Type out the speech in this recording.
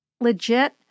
legit